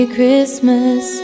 Christmas